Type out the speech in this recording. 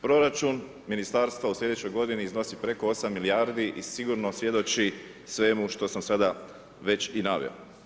Proračun Ministarstva u sljedećoj godini iznosi preko 8 milijardi i sigurno svjedoči svemu što sam sada već i naveo.